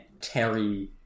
Terry